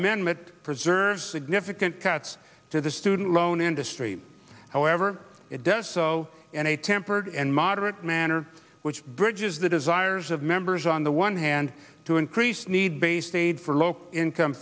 amendment preserves significant cuts to the student loan industry however it does so in a tempered and moderate manner which bridges the desires of members on the one hand to increase need based aid for low income